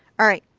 alright.